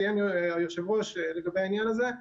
ציין היושב-ראש לגבי העניין הזה,